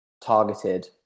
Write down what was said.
targeted